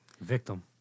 Victim